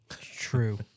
True